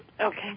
Okay